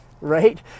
right